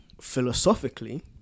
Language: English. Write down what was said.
philosophically